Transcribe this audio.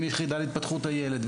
אם יש את היחידה להתפתחות הילד,